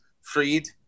Freed